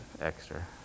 extra